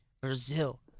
Brazil